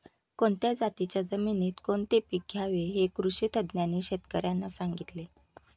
कोणत्या जातीच्या जमिनीत कोणते पीक घ्यावे हे कृषी तज्ज्ञांनी शेतकर्यांना सांगितले